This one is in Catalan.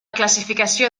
classificació